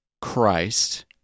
Christ